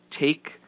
take